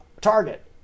target